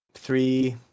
Three